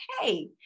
hey